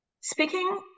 speaking